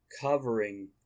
covering